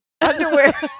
underwear